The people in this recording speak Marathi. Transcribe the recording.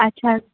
अच्छा